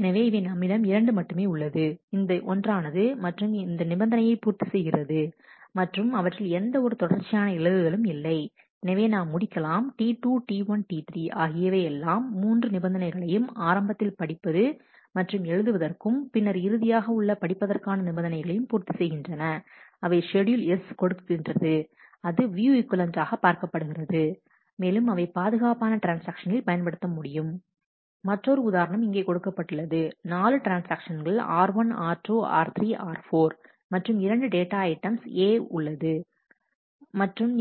எனவே இவை நம்மிடம் இரண்டு மட்டுமே உள்ளது இந்த ஒன்றானது மற்றும் நிபந்தனையை பூர்த்தி செய்கிறது மற்றும் அவற்றில் எந்த ஒரு தொடர்ச்சியான எழுதுதலும் இல்லை எனவே நாம் முடிக்கலாம் T2 T1 T3 ஆகியவை எல்லாம் மூன்று நிபந்தனைகளையும் ஆரம்பத்தில் படிப்பது மற்றும் எழுதுவதற்கும் பின்னர் இறுதியாக உள்ள படிப்பதற்கான நிபந்தனையையும் பூர்த்தி செய்கின்றன அவை ஷெட்யூல் S கொடுக்கின்றன அது வியூ ஈக்வலன்ட் ஆக பார்க்கப்படுகிறது மேலும் அவை பாதுகாப்பான ட்ரான்ஸ்ஆக்ஷனில் பயன்படுத்த முடியும் மற்றொரு உதாரணம் இங்கே கொடுக்கப்பட்டுள்ளது 4 ட்ரான்ஸ்ஆக்ஷன்கள் R1 R2 R3 R4மற்றும் இரண்டு டேட்டா ஐட்டம்ஸ் A உள்ளது